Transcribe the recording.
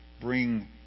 bring